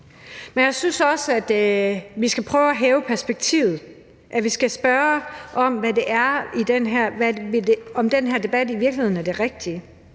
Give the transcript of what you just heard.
Men jeg synes også, at vi skal prøve at hæve perspektivet, at vi skal spørge, om den her debat i virkeligheden er det rigtige.